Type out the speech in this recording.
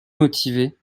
motivé